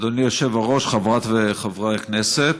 אדוני היושב-ראש, חברות וחברי הכנסת,